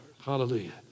Hallelujah